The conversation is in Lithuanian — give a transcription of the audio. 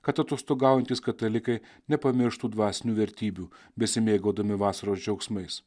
kad atostogaujantys katalikai nepamirštų dvasinių vertybių besimėgaudami vasaros džiaugsmais